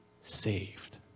saved